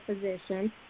physician